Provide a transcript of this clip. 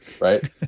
right